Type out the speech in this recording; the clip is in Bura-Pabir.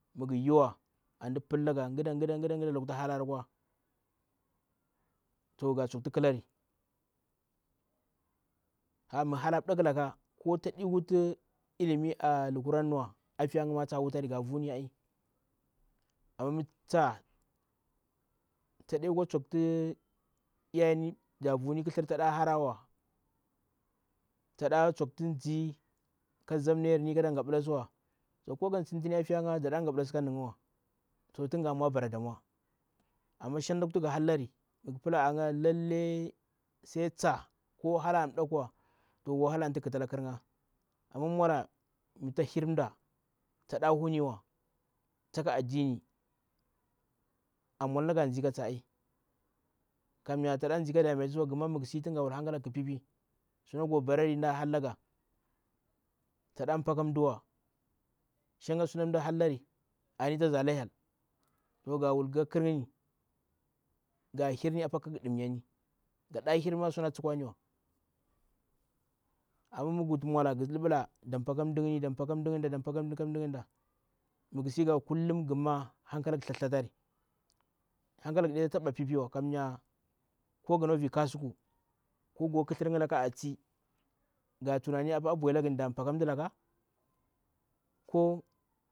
Mighu yiwaa anti mda pillaga ngda ndda lakhu halkala kwa to ga tsokti khilari. Ah mi hala mbdakihilaka ko tadi huti limi alukuranniwa afiyama tawutari ga vuni ay. Amma mi tsa taɗe kwa tsokti lyayemni davuni khithir tada harawa taɗa tsokti dzi ka zamna yarni kada ngablasiwa, to ko gan sintini afiyaga dana ngablasi ka nigwa to tunga mwa bara damwa, amma shang aku- tu gh hallari anli gapla lelle sai tsa ko haka an nbdalaawa to wahala anti ghu khitala khir nga amma mwala mita hirmda tana huniwa taka addini an mwala na ga ndzi ka tsa am kammya tana ndzi ka damatisiwa ghuma mighu sii gawuta hankalaga kpu ai. Suna go barari mda hallaga tsada paa ka mduwa shamga sutu mda hallari ani ta shija la hyel to ga wul ghuka khir nga ni ga hirni apaa kagghu ɗimmyani. Ga ɗa hirma suna tsukwaniwa. Amma mi ghu wutu mwala ghu luɓela da paah ka mda ngni da paah ka mda ngni da mah ka mda ingda da paah ka mda indaa mi ghu sii ga wuta hakalaga tslhat tsthatari, hankalaga ɗeta taɓa piipiiwa; kammya ko ga nakwa vi kasuku, ko go kithir nga a tsi ga tunani apaa abwahilagni da paah ka mdulaka ko.